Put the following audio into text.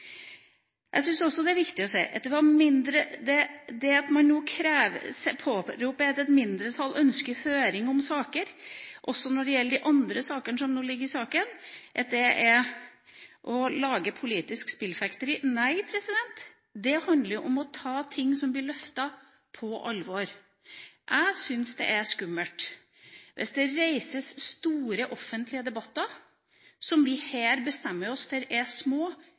Jeg syns også det er viktig å si at det å påberope seg at et mindretall ønsker høring om saker, også om de andre sakene som nå ligger i saken, er å lage politisk spillfekteri. Nei, det handler om å ta ting som blir løftet, på alvor. Jeg syns det er skummelt hvis det reises store, offentlige debatter – som vi her bestemmer oss for er små